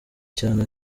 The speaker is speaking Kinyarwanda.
cyane